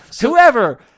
Whoever